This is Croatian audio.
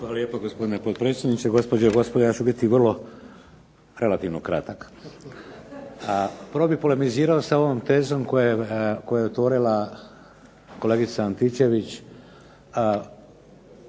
Hvala lijepo gospodine potpredsjedniče. Gospođe i gospodo, ja ću biti vrlo, relativno kratak. Prvo bih polemizirao sa ovom tezom koju je otvorila kolegica Antičević,